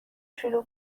شلوغ